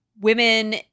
women